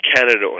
Canada